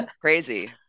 Crazy